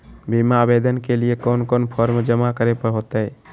बीमा आवेदन के लिए कोन कोन फॉर्म जमा करें होते